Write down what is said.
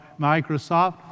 Microsoft